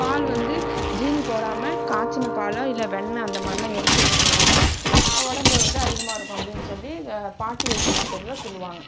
பால் வந்து சீனி போடாமல் காய்ச்சின பால் இல்லை வெண்ணெய் அந்தமாதிரிலாம் எடுத்து இருந்தோம்னால் உடம்பு வந்து அதிகமாக இருக்கும் அப்படின்னு சொல்லி பாட்டி வைத்தியத்தில் சொல்லுவாங்க